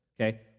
Okay